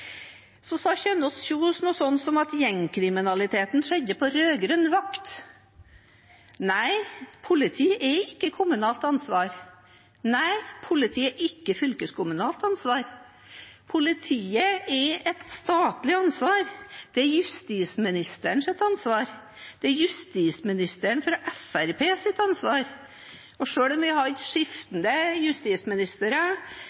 Kjønaas Kjos sa noe sånt som at gjengkriminaliteten skjedde på rød-grønn vakt. Nei, politiet er ikke et kommunalt ansvar. Nei, politiet er ikke et fylkeskommunalt ansvar. Politiet er et statlig ansvar. Det er justisministerens ansvar. Det er justisministeren fra Fremskrittspartiet sitt ansvar. Selv om vi